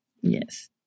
Yes